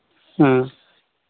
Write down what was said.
ह्म्म